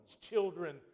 children